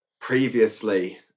previously